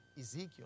Ezekiel